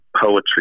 poetry